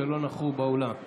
שלא נכחו באולם.